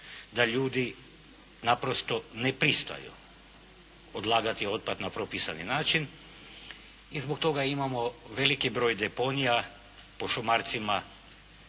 da ljudi naprosto ne pristaju odlagati otpad na propisani način i zbog toga imamo veliki broj deponija po šumarcima,